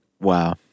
Wow